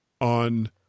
on